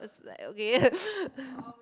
it's like okay